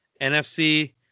NFC